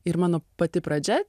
ir mano pati pradžia